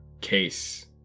case